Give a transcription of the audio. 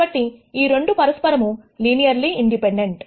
కాబట్టి ఈ 2 పరస్పరము లినియర్లీ ఇండిపెండెంట్